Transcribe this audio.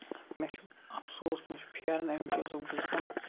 مےٚ چھُ آفسوس مےٚ چھُ پھیران اَمہِ چیٖزُک بہٕ چھُ دَپان